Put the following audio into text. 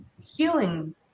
healing